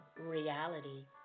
reality